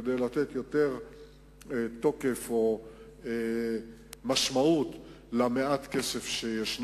כדי לתת יותר תוקף או משמעות למעט הכסף שיש.